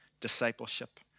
discipleship